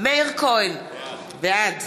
מאיר כהן, בעד